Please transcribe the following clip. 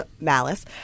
Malice